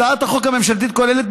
הצעת החוק הממשלתית כוללת,